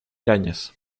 arañas